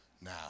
now